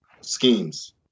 schemes